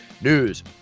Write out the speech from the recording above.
news